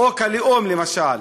חוק הלאום, למשל.